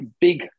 big